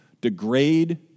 degrade